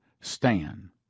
STAN